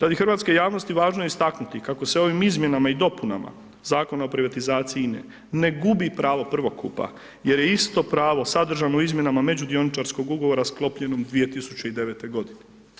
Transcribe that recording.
Radi hrvatske javnosti važno je istaknuti kako se ovim izmjenama i dopunama Zakona o privatizaciji INE ne gubi pravo prvokupa jer je isto pravo sadržano u izmjenama međudioničarskog ugovora sklopljenog 2009. godine.